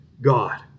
God